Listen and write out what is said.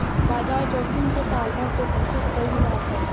बाजार जोखिम के सालभर पे घोषित कईल जात हवे